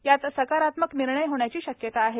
यात सकारात्मक निर्णय होण्याची शक्यता आहे